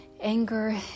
anger